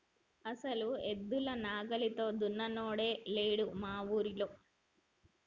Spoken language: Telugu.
అసలు ఎద్దుల నాగలితో దున్నినోడే లేడు మా ఊరిలో